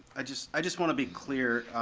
i just i just wanna be clear.